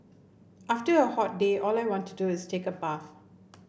after a hot day all I want to do is take a bath